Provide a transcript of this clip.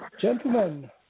Gentlemen